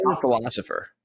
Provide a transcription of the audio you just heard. philosopher